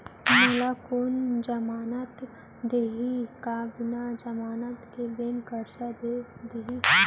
मोला कोन जमानत देहि का बिना जमानत के बैंक करजा दे दिही?